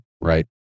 Right